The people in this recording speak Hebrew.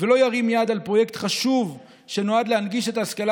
ולא ירים יד על פרויקט חשוב שנועד להנגיש את ההשכלה